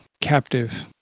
captive